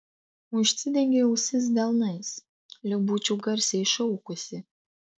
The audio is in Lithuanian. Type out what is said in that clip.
užsidengei ausis delnais lyg būčiau garsiai šaukusi